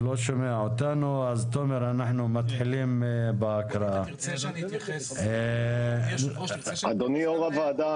הן מצריכות התייחסות והן גם נכונות.